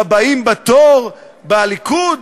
בבאים בתור בליכוד?